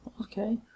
Okay